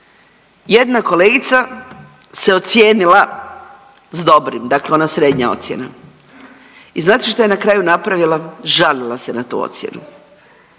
Jedna kolegica se ocijenila s dobrim, dakle ona srednja ocjena i znate šta je na kraju napravila? Žalila se na tu ocjenu.